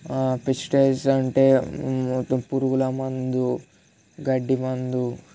pesticides అంటే పురుగుల మందు గడ్డి మందు